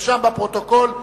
נרשם בפרוטוקול.